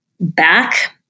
back